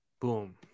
Boom